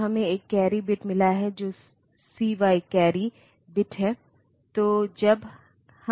तो यह एक 8 बिट सामान्य प्रयोजन माइक्रोप्रोसेसर है